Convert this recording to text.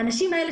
האנשים האלה,